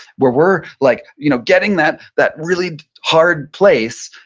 where we're like you know getting that that really hard place,